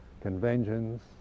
conventions